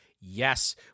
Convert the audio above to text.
Yes